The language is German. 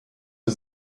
für